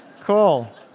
Cool